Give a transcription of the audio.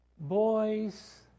Boys